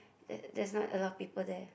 that there's not a lot of people there